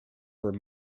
for